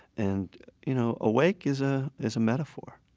and you know awake is ah is a metaphor.